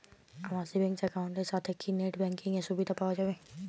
আমার savings account এর সাথে কি নেটব্যাঙ্কিং এর সুবিধা পাওয়া যাবে?